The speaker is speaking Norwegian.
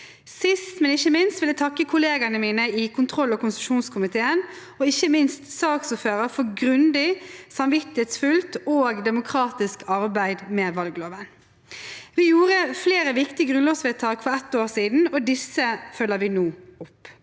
Sist, men ikke minst, vil jeg takke kollegaene mine i kontroll- og konstitusjonskomiteen og ikke minst saksordføreren for grundig, samvittighetsfullt og demokratisk arbeid med valgloven. Vi gjorde flere viktige grunnlovsvedtak for ett år siden, og disse følger vi nå opp.